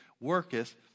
worketh